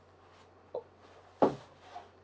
oh